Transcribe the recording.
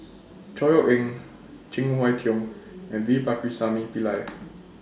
Chor Yeok Eng Cheng Wai Keung and V Pakirisamy Pillai